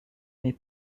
mais